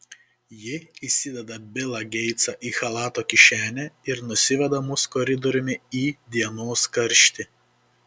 ji įsideda bilą geitsą į chalato kišenę ir nusiveda mus koridoriumi į dienos karštį